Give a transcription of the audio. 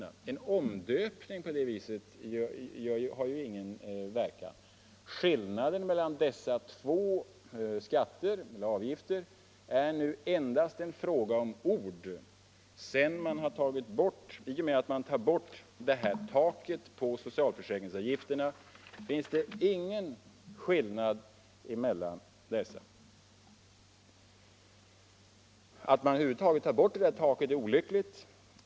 En sådan omdöpning har ingen verkan. Skillnaden mellan dessa två typer av avgifter är enbart en fråga om ord. I och med att man tar bort taket på socialförsäkringsavgifterna finns ingen skillnad mellan dessa. Att detta tak över huvud taget tas bort är i sig självt olyckligt.